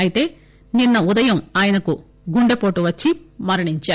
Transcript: అయితే నిన్స్ ఉదయం ఆయనకు గుండెపోటు వచ్చి మరణించారు